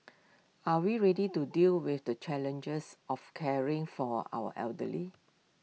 are we ready to deal with the challenges of caring for our elderly